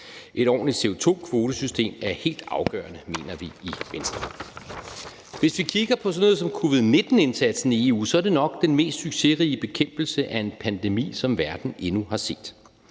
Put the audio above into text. Et ordentligt CO2-kvotesystem er helt afgørende, mener vi i Venstre. Hvis vi kigger på sådan noget som covid-19-indsatsen i EU, er det nok den mest succesrige bekæmpelse af en pandemi, som verden endnu har set.